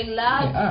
love